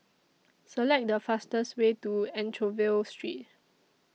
Select The fastest Way to Anchorvale Street